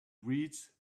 reads